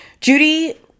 Judy